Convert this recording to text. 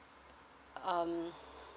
um